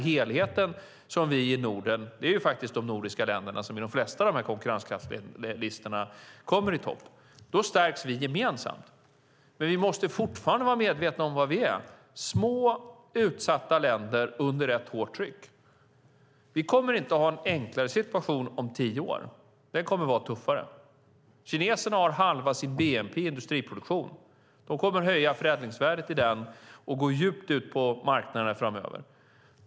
Det är faktiskt de nordiska länderna som på de flesta konkurrenskraftslistor kommer i topp. Då stärks vi gemensamt. Vi måste dock fortfarande vara medvetna om vad vi är, nämligen små utsatta länder under ett hårt tryck. Vi kommer inte att ha en enklare situation om tio; den kommer att vara tuffare. Kineserna har halva sin bnp i industriproduktion. De kommer att höja förädlingsvärdet i den och gå djupt ut på marknaden framöver.